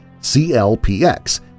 CLPX